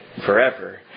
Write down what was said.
forever